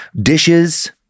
dishes